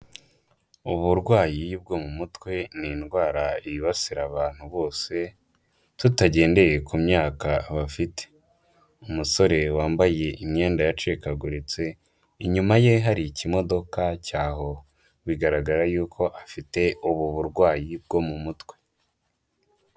Uburwayi bwo mu mutwe ni indwara yibasira abantu bose, tutagendeye ku myaka bafite. Umusore wambaye imyenda yacikaguritse, inyuma ye hari ikimodoka cya hoho, bigaragara yuko afite ubu burwayi bwo mu mutwe.